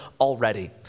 already